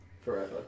Forever